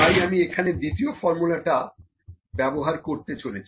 তাই আমি এখানে দ্বিতীয় ফর্মুলা টা ব্যবহার করতে চলেছি